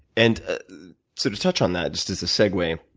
and so to touch on that, just as a segue,